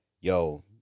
yo